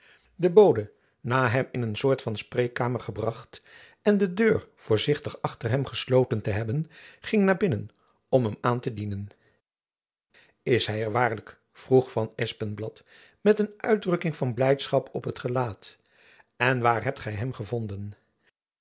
de bode na hem in een soort van spreekkamer gebracht en de deur voorzichtig achter hem gesloten te hebben ging naar binnen om hem aan te dienen is hy er waarlijk vroeg van espenblad met een uitdrukking van blijdschap op t gelaat en waar hebt gy hem gevonden